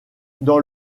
dans